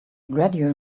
gradual